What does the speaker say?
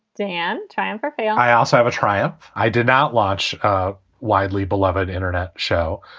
dan. time for faith i also have a trial. i did not launch a widely beloved internet show.